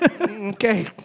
Okay